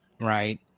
right